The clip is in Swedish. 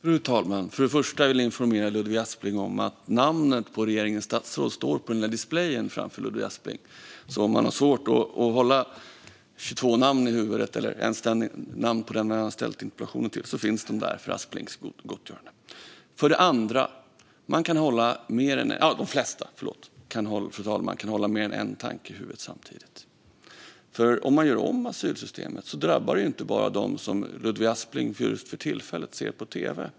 Fru talman! För det första vill jag informera Ludvig Aspling om att namnen på regeringens statsråd står på displayen framför Ludvig Aspling. Om han har svårt att hålla 22 namn i huvudet, eller ens namnet på den han har ställt interpellationen till, finns de där för Aspling. För det andra kan de flesta hålla mer än en tanke i huvudet samtidigt. Om asylsystemet görs om drabbar det inte bara dem som Ludvig Aspling just för tillfället ser på tv.